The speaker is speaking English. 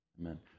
Amen